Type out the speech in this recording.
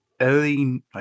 early